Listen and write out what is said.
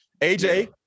Aj